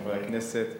חברי הכנסת,